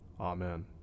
Amen